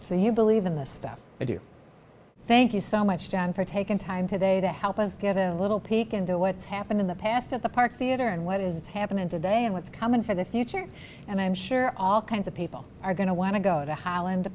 so you believe in the stuff i do thank you so much john for taking time today to help us get a little peek into what's happened in the past at the park theater and what is happening today and what's coming for the future and i'm sure all kinds of people are going to want to go to highland